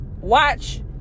watch